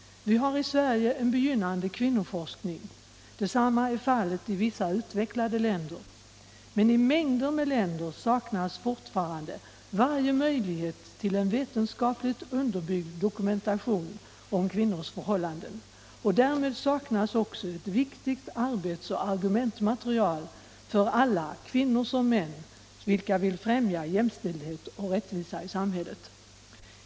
Vi har i Sverige en begynnande kvinnoforskning. Detsamma är fallet i vissa andra utvecklade länder. Men mängder av länder saknar fortfarande varje möjlighet till en vetenskapligt underbyggd dokumentation om kvinnors förhållanden. Därmed saknas också ett viktigt arbets och argumentmaterial för alla —- kvinnor som män -— vilka vill främja jämställdhet och rättvisa i sam debatt Allmänpolitisk debatt hället.